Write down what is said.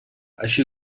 així